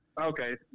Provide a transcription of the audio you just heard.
Okay